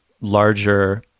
larger